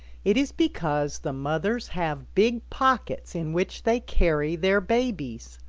it is because the mothers have big pockets in which they carry their babies.